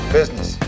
Business